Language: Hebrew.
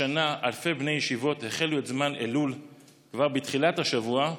השנה אלפי בני ישיבות החלו את זמן אלול כבר בתחילת השבוע,